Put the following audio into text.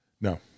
No